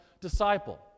disciple